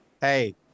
hey